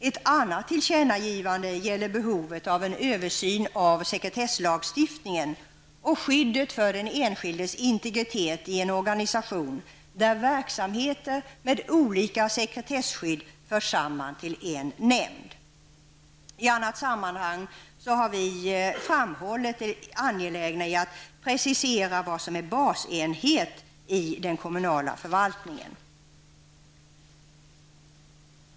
Ett annat tillkännagivande gäller behovet av en översyn av sekretesslagstiftningen och skyddet för den enskildes integritet i en organisation där verksamheter med olika sekretesskydd förs samman till en nämnd. I annat sammanhang har folkpartiet liberalerna framhållit det angelägna i att precisera vad som är basenhet i den kommunala förvaltningen.